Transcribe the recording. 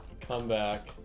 comeback